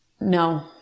No